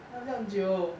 哪儿有这样久